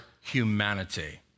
humanity